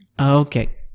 Okay